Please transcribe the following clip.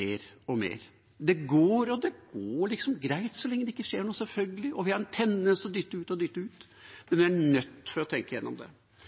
mer og mer. Det går, og det går selvfølgelig greit så lenge det ikke skjer noe, og vi har en tendens til å dytte ut og dytte ut, men vi er nødt til å tenke gjennom det.